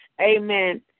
Amen